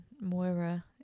Moira